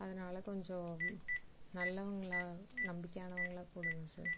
அதனால் கொஞ்சம் நல்லவங்களை நம்பிக்கையானவங்களா போடுங்கள் சார்